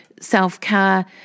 self-care